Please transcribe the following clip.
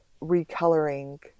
recoloring